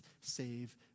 save